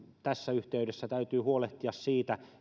tässä yhteydessä täytyy huolehtia siitä